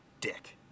dick